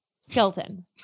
Skeleton